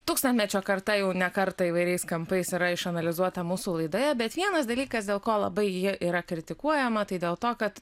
tūkstantmečio karta jau ne kartą įvairiais kampais yra išanalizuota mūsų laidoje bet vienas dalykas dėl ko labai ji yra kritikuojama tai dėl to kad